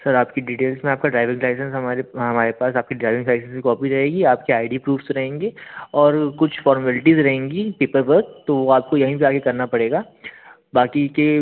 sir आपकी details में आपका ड्राइविंग लाइसेंस हमारे हमारे पास आपका ड्राइविंग लाइसेंस की कॉपी रहेगी आपके आई डी प्रूफ़्स रहेंगे और कुछ फ़ॉर्मेल्टीज़ रहेंगी पेपरवर्क तो आपको यहीं पर आ कर करना पड़ेगा बाकी के